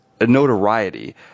notoriety